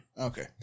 Okay